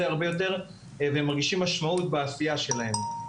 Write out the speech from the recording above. הרבה יותר והם מרגישים משמעות בעשייה שלהם.